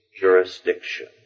jurisdiction